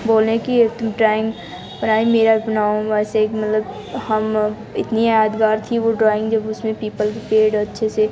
बोलें कि तुम ड्राइंग प्राइंग मेरा बनाओ वैसे एक मतलब हम इतनी यादगार थी वो ड्राइंग जब उसमें पीपल के पेड़ अच्छे से